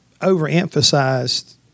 overemphasized